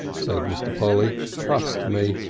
said mr. polly. trust me.